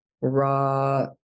raw